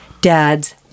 dad's